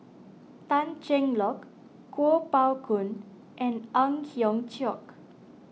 Tan Cheng Lock Kuo Pao Kun and Ang Hiong Chiok